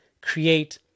create